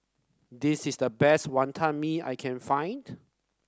this is the best Wonton Mee I can find